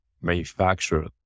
manufacture